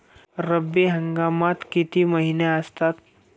रब्बी हंगामात किती महिने असतात?